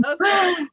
Okay